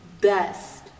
best